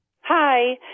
Hi